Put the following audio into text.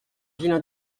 vilain